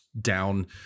down